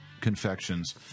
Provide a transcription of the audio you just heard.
confections